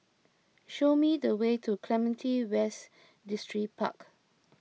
show me the way to Clementi West Distripark